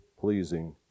pleasing